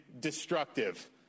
destructive